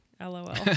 lol